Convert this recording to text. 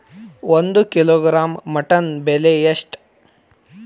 ಒಂದು kilogram mutton ಬೆಲೆ ಎಷ್ಟ್?